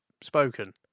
spoken